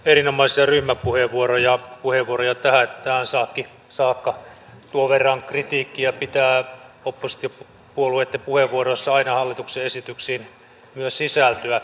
erinomaisia ryhmäpuheenvuoroja ja puheenvuoroja tähän saakka tuon verran kritiikkiä pitää oppositiopuolueitten puheenvuoroissa aina hallituksen esityksiin myös sisältyä